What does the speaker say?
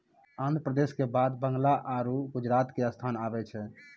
आन्ध्र प्रदेश के बाद बंगाल आरु गुजरात के स्थान आबै छै